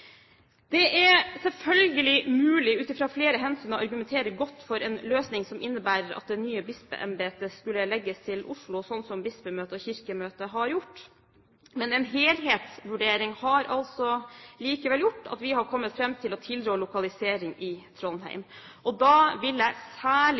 Det er selvfølgelig mulig, ut fra flere hensyn, å argumentere godt for en løsning som innebærer at det nye bispeembetet skulle legges til Oslo, slik som Bispemøtet og Kirkemøtet har gjort. Men en helhetsvurdering har likevel gjort at vi har kommet fram til å tilrå lokalisering i